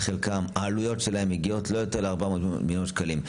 העלויות של התרופות מגיעות ללא יותר מ-400 מיליון שקלים,